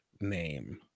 name